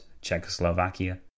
Czechoslovakia